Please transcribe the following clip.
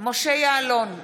משה יעלון,